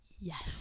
Yes